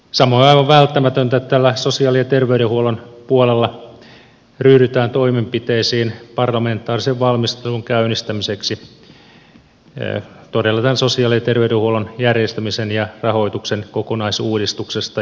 samoin on aivan välttämätöntä että sosiaali ja terveydenhuollon puolella todella ryhdytään toimenpiteisiin parlamentaarisen valmistelun käynnistämiseksi tämän sosiaali ja terveydenhuollon järjestämisen ja rahoituksen kokonaisuudistuksesta